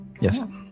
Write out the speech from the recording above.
Yes